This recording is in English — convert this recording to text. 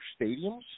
stadiums